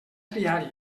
triar